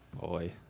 boy